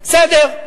בסדר,